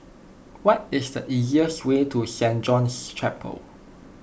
what is the easiest way to Saint John's Chapel